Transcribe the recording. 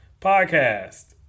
podcast